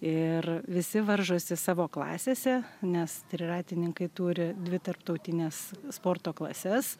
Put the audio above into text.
ir visi varžosi savo klasėse nes triratininkai turi dvi tarptautines sporto klases